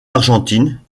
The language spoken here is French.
argentine